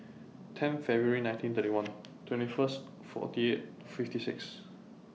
ten February nineteen thirty one twenty First forty eight fifty six